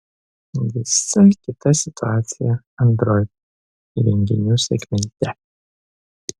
visai kita situacija android įrenginių segmente